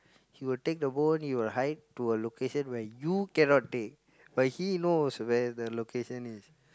he will take the bone he will hide to a location where you cannot take but he knows where the location is